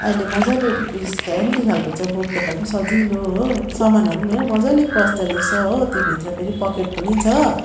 अहिले मजाले उ यसको ह्यान्डी खालको छ बोक्दाखेरि पनि सजिलो हो सामानहरू हेर मजाले पस्दो रहेछ हो त्यो भित्र फेरि पकेट पनि छ